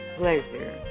pleasure